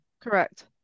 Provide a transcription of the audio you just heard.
correct